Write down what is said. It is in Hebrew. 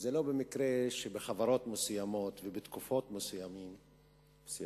זה לא במקרה שבחברות מסוימות ובתקופות מסוימות